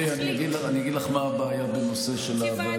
אני מבין, אבל אני אגיד לך מה הבעיה בנושא ועדות,